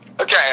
Okay